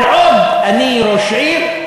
כל עוד אני ראש עיר,